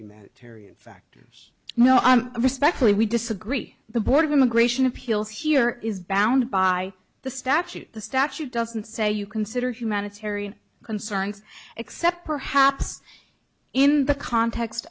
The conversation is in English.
humanitarian factors no i'm respectfully we disagree the board of immigration appeals here is bound by the statute the statute doesn't say you consider humanitarian concerns except perhaps in the context